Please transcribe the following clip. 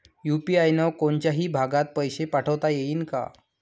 UPI न कोनच्याही भागात पैसे पाठवता येईन का?